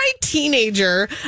teenager